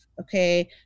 okay